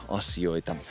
asioita